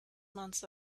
months